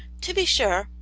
to be sure,